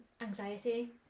anxiety